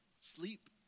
sleep